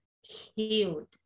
healed